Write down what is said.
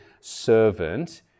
servant